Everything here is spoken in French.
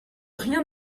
rien